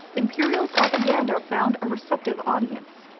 imperial propaganda found a receptive audience.